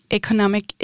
economic